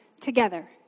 together